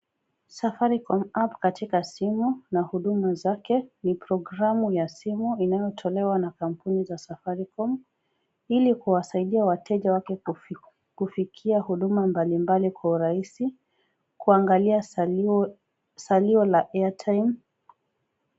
Safaricom app katika simu na huduma zake ni programu ya simu inayotolewa na simu za safaricom ili kuwasaidia wateja wake kufikia huduma mbalimbali kwa rahisi, kuangalia salio la airtime .